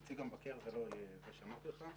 נציג המבקר זה לא יהיה זה שאמרתי לך.